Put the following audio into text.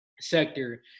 sector